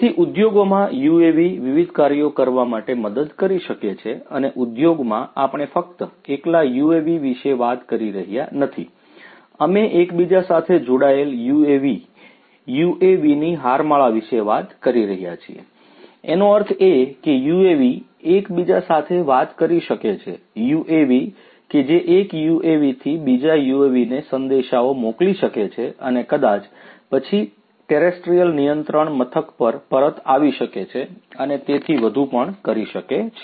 તેથી ઉદ્યોગોમાં UAVs વિવિધ કાર્યો કરવા માટે મદદ કરી શકે છે અને ઉદ્યોગમાં આપણે ફક્ત એકલા UAVs વિશે વાત કરી રહ્યા નથી અમે એકબીજા સાથે જોડાયેલ UAVs UAVs ની હારમાળા વિશે વાત કરી રહ્યા છીએ એનો અર્થ એ કે UAVs એક બીજા સાથે વાત કરી શકે છે UAVs કે જે એક UAVs થી બીજા UAVs ને સંદેશાઓ મોકલી શકે છે અને કદાચ પછી ટેરેસ્ટ્રીયલ નિયંત્રણ મથક પર પરત આવી શકે છે અને તેથી વધુ પણ કરી શકે છે